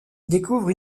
découvre